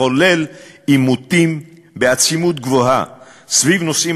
מחולל עימותים בעצימות גבוהה סביב נושאים